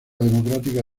democrática